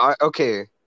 Okay